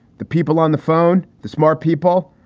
the people on the phone, the smart people,